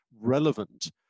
relevant